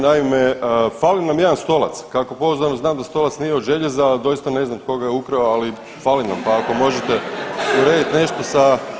Naime, fali nam jedan stolac, kako pouzdano znam da stolac nije od željeza, doista ne znam tko ga je ukrao, ali fali nam pa ako možete urediti nešto sa…